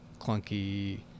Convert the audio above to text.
clunky